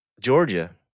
Georgia